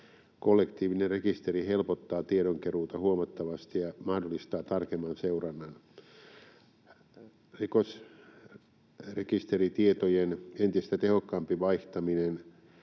Kollektiivinen rekisteri helpottaa tiedonkeruuta huomattavasti ja mahdollistaa tarkemman seurannan. Rikosrekisteritietojen entistä tehokkaampi vaihtaminen